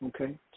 okay